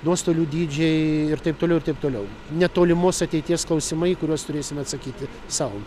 nuostolių dydžiai ir taip toliau ir taip toliau netolimos ateities klausimai į kuriuos turėsime atsakyti sau